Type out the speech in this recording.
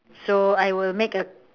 so I will make a